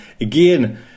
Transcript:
Again